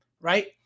right